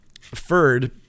Ferd